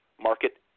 market